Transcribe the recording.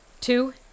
two